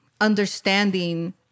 understanding